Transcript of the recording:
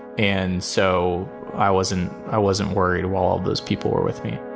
and so i wasn't i wasn't worried while all those people were with me